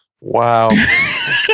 Wow